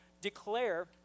declare